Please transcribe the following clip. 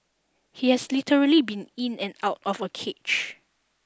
he has literally been in and out of a cage